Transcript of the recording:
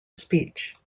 speech